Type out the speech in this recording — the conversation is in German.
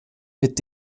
mit